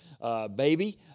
baby